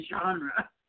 genre